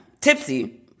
tipsy